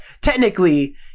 technically